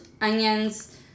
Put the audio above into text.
onions